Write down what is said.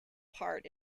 part